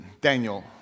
Daniel